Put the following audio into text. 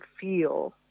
feel